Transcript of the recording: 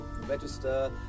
register